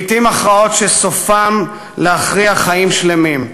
לעתים הכרעות שסופן להכריע חיים שלמים,